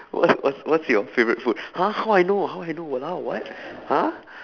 what's what's what's your favourite food !huh! how I know how I know !walao! what !huh!